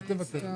טוב.